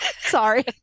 Sorry